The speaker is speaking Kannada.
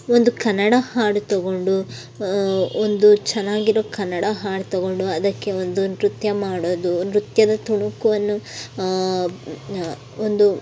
ಒಂದು ಕನ್ನಡ ಹಾಡು ತೊಗೊಂಡು ಒಂದು ಚೆನ್ನಾಗಿರೋ ಕನ್ನಡ ಹಾಡು ತೊಗೊಂಡು ಅದಕ್ಕೆ ಒಂದು ನೃತ್ಯ ಮಾಡೋದು ನೃತ್ಯದ ತುಣುಕು ಅನ್ನು ಒಂದು